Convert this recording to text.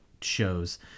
shows